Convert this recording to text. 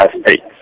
state